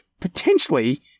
potentially